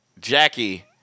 Jackie